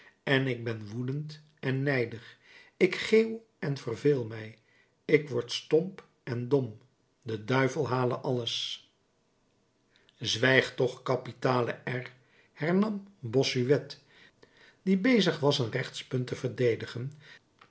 en ik ben woedend en nijdig ik geeuw en verveel mij ik word stomp en dom de duivel hale alles zwijg toch kapitale r hernam bossuet die bezig was een rechtspunt te verdedigen